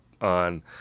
on